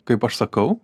kaip aš sakau